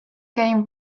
game